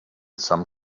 some